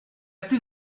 plus